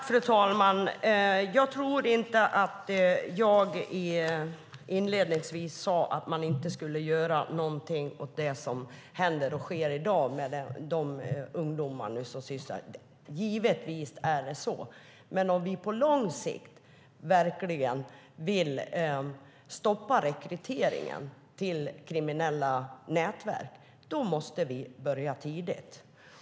Fru talman! Jag tror inte att jag inledningsvis sade att man inte skulle göra någonting åt det som händer och sker i dag med de ungdomar som sysslar med det här. Givetvis ska man det. Men om vi på lång sikt verkligen vill stoppa rekryteringen till kriminella nätverk måste vi börja tidigt.